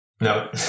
No